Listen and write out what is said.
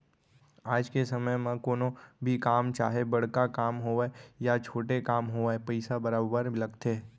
आज के समे म कोनो भी काम चाहे बड़का काम होवय या छोटे काम होवय पइसा बरोबर लगथे